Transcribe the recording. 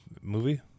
movie